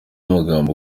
amagambo